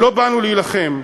לא באנו להילחם,